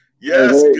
Yes